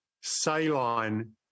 saline